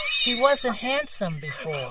he wasn't handsome before